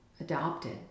adopted